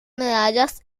medallas